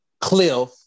cliff